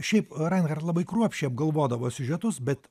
šiaip rinehart labai kruopščiai apgalvodavo siužetus bet